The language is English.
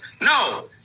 No